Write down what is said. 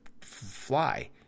fly